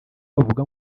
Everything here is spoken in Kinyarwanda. bavuga